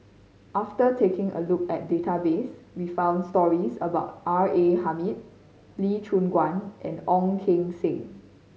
after taking a look at database we found stories about R A Hamid Lee Choon Guan and Ong Keng Sen